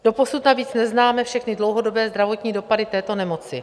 Doposud navíc neznáme všechny dlouhodobé zdravotní dopady této nemoci.